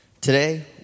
Today